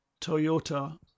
Toyota